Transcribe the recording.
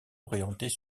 orientées